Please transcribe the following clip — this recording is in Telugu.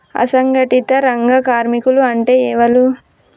అసంఘటిత రంగ కార్మికులు అంటే ఎవలూ?